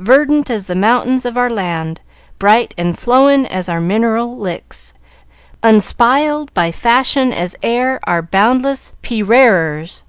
verdant as the mountains of our land bright and flowin' as our mineral licks unspiled by fashion as air our boundless perearers.